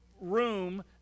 room